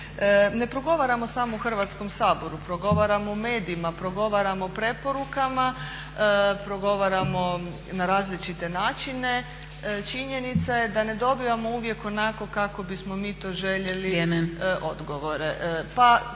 Ne progovaramo samo u Hrvatskom saboru, progovaramo u medijima, progovaramo u preporukama, progovaramo na različite načine. Činjenica je da ne dobivamo uvijek onako kako bismo mi to željeli odgovore.